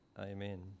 Amen